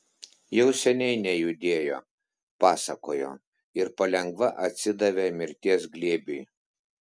jau seniai nejudėjo pasakojo ir palengva atsidavė mirties glėbiui